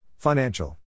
Financial